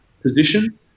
position